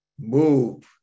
move